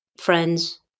friends